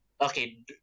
okay